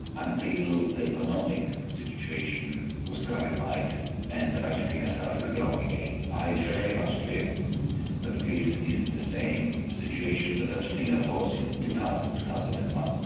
until the economic situation was clarified and argentina started growing again. i very much fear that greece is in the same situation that argentina was in two thousand, two thousand and one.